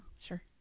sure